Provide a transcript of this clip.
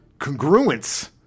congruence